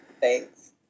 thanks